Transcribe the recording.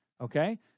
okay